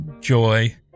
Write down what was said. Joy